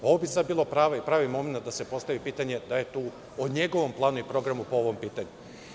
Ovo bi sada bila prava i pravi momenat da se postavi pitanje da je tu o njegovom planu i programu po ovom pitanju.